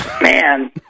Man